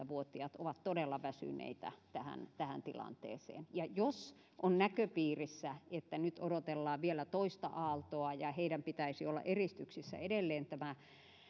vuotiaat ovat todella väsyneitä tähän tähän tilanteeseen ja jos on näköpiirissä että nyt odotellaan vielä toista aaltoa ja heidän pitäisi olla eristyksissä edelleen tämä